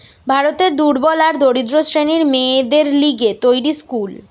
ভারতের দুর্বল আর দরিদ্র শ্রেণীর মেয়েদের লিগে তৈরী স্কুল